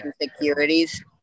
insecurities